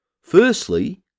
Firstly